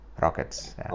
Rockets